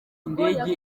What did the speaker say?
indege